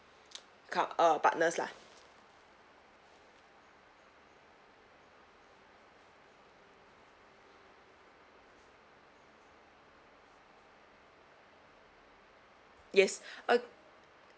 co~ uh partners lah yes uh